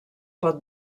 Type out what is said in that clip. pot